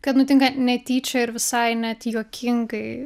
kad nutinka netyčia ir visai net juokingai